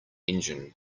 engine